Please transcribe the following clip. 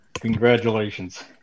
Congratulations